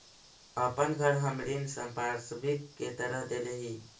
अपन घर हम ऋण संपार्श्विक के तरह देले ही